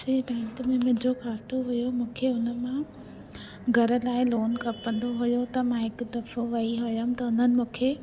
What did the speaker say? जंहिं बैंक में मुंहिंजो खातो हुओ मूंखे हुन मां घर लाइ लोन खपंदो हुओ त मां हिकु दफ़ो वई हुअमि त हुननि मूंखे